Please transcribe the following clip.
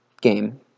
game